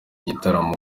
gitaramo